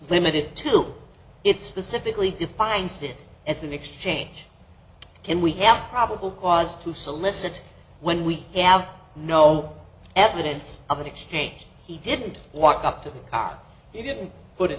limited to it specifically defines it as an exchange can we have probable cause to solicit when we have no evidence of an exchange he didn't walk up to he didn't put